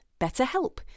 BetterHelp